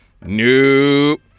nope